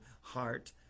heart